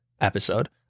episode